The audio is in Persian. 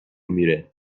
میره